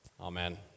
Amen